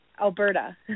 Alberta